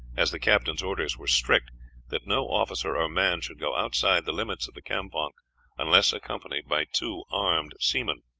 as the captain's orders were strict that no officer or man should go outside the limits of the campong unless accompanied by two armed seamen.